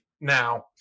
Now